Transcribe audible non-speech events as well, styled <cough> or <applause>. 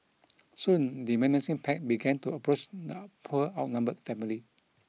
<noise> soon the menacing pack began to approach the poor outnumbered family